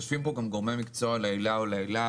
יושבים פה גם אנשי מקצוע לעילא ולעילא,